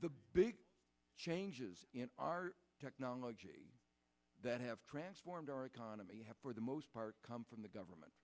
the big changes are technology that have transformed our economy for the most part come from the government